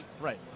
Right